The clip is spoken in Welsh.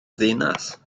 ddinas